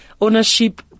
Ownership